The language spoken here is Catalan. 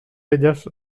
elles